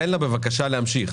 תן לה בבקשה להמשיך.